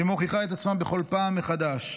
שמוכיחה את עצמה בכל פעם מחדש,